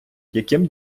яким